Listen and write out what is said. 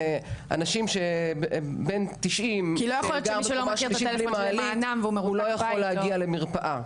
אנשים בני 90 וגרים בקומה שלישית ללא מעלית הוא לא יכול להגיע למרפאה,